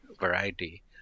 variety